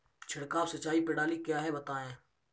छिड़काव सिंचाई प्रणाली क्या है बताएँ?